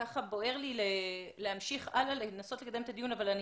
בוער לי להמשיך הלאה לנסות לקדם את הדיון אבל אני